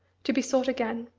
to be sought again.